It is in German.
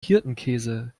hirtenkäse